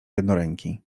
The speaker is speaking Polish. jednoręki